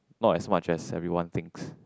not as much as everyone thinks